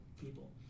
people